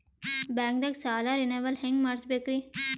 ಬ್ಯಾಂಕ್ದಾಗ ಸಾಲ ರೇನೆವಲ್ ಹೆಂಗ್ ಮಾಡ್ಸಬೇಕರಿ?